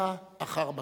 מכה אחר מכה.